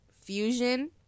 Fusion